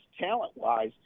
talent-wise